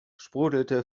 sprudelte